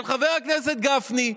של חבר הכנסת גפני,